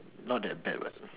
not that bad what